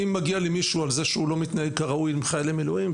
אם מגיע למישהו על זה שהוא מתנהג כראוי עם חיילי מילואים,